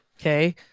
Okay